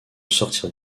sortir